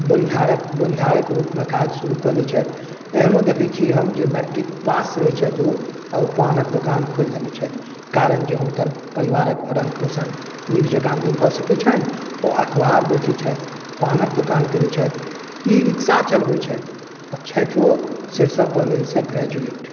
बोनिहारक बोनिहारक रूपमे काज शुरू कऽ लैत छथि एहनो देखैत छियै हम जे मैट्रिक पास रहैत छथि ओ आ ओ पानक दोकान खोलि देने छथि कारण जे हुनकर परिवारक भरण पोषण नीक जँका नहि भऽ सकैत छनि ओ अखबार बेचैत छथि पानक दोकान करैत छथि ई रिक्शा चलबैत छथि आ छथि ओ सरिसव कॉलेजसँ ग्रेजुएट